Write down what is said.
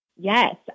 Yes